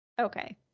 Okay